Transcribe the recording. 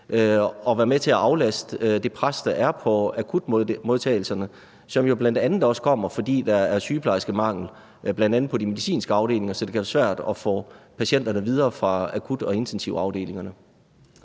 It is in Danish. sundhedsvæsen og aflaste det pres, der er på akutmodtagelserne, som jo bl.a. også kommer, fordi der er sygeplejerskemangel, bl.a. på de medicinske afdelinger, så det kan være svært at få patienterne videre fra akut- og intensivafdelingerne?